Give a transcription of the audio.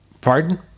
Pardon